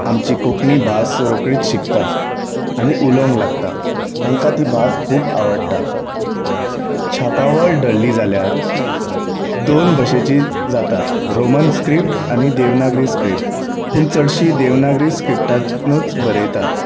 आमची कोंकणी भास रोकडीच शिकता आनी उलोवंक लागता तांकां ती भास खूब आवडटा छापावळ धरली जाल्यार दोन भशेची जाता रॉमन स्क्रिप्ट आनी देवनाग्री स्क्रिप्ट पूण चड शी देवनागरी स्क्रिप्टानूच बरयतात